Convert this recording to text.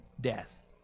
death